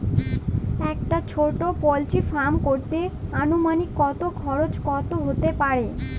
একটা ছোটো poultry farm করতে আনুমানিক কত খরচ কত হতে পারে?